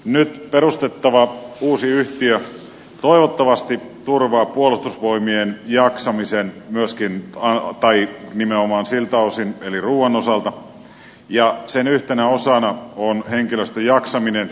nyt perustettava uusi yhtiö toivottavasti turvaa puolustusvoimien jaksamisen nimenomaan siltä osin eli ruuan osalta ja sen yhtenä osana on henkilöstön jaksaminen